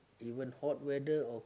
you want hot weather or